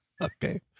Okay